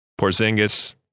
Porzingis